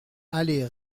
allée